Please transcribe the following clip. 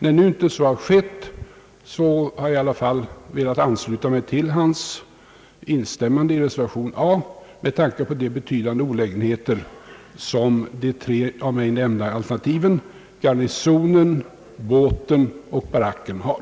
När inte så har skett har jag i alla fall velat ansluta mig till hans instämmande i reservationen under A med tanke på de betydande olägenheter som de tre av mig nämnda alternativen — Garnisonen, båten och baracken — har.